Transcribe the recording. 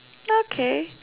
okay